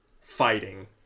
fighting